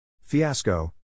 Fiasco